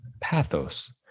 Pathos